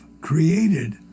created